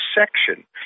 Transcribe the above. Section